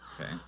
Okay